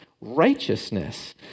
righteousness